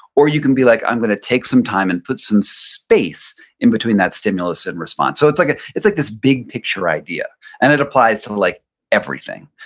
or you can be like, i'm gonna take some time and put some space in between that stimulus and response. so it's like it's like this big picture idea and it applies to like everything.